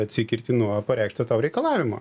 atsikerti nuo pareikšto tau reikalavimo